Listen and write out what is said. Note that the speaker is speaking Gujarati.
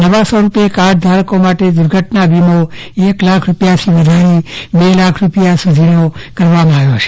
નવા સ્વરૂપે કાર્ડ ધારકો માટે દુર્ઘટના વીમો એક લાખ રૂપીયાથી વધારીને બે લાખ રૂપીયા સુધીનો કરવામાં આવ્યો છે